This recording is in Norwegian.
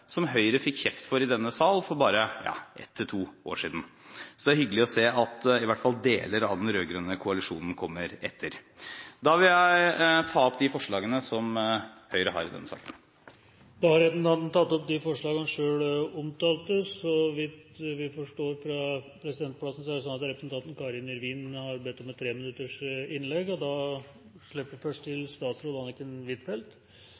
som Høyre fikk kjeft for i denne sal for bare ett til to år siden. Så det er hyggelig å se at i hvert fall deler av den rød-grønne koalisjonen kommer etter. Da vil jeg ta opp de forslagene som Høyre, Fremskrittspartiet og Kristelig Folkeparti har i denne saken. Da har representanten Røe Isaksen tatt opp de forslagene han refererte til. Til tross for at Norge har høy sysselsetting, er det